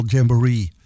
Jamboree